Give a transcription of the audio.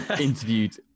interviewed